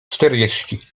czterdzieści